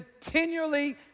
continually